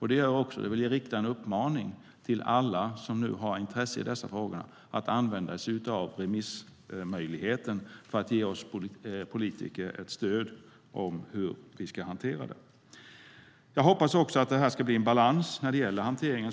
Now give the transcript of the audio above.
Jag riktar en uppmaning till alla som har intresse i dessa frågor att använda sig av remissmöjligheten för att ge oss politiker stöd för hur vi ska hantera det. Jag hoppas också att vi ska få en balans när det gäller hanteringen.